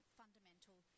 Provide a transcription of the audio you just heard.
fundamental